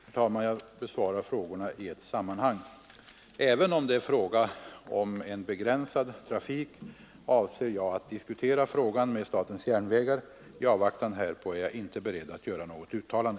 Frågorna besvaras i ett sammanhang. Även om det är fråga om en begränsad trafik, avser jag att diskutera frågan med SJ. I avvaktan härpå är jag inte beredd att göra något uttalande.